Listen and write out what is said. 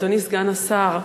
אדוני סגן השר,